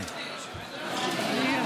אלמוג,